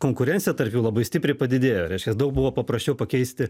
konkurencija tarp jų labai stipriai padidėjo reiškias daug buvo paprasčiau pakeisti